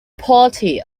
party